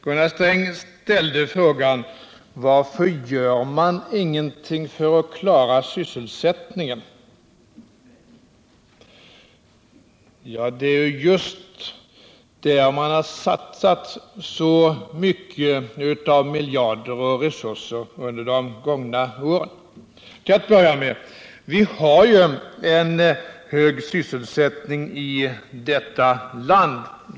Gunnar Sträng ställde frågan: Varför gör man ingenting för att klara sysselsättningen? Det är just där vi har satsat så många miljarder och så mycket av våra resurser under de gångna åren. Vi har ju en hög sysselsättning i detta land.